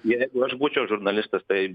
jeigu aš būčiau žurnalistas tai